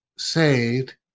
saved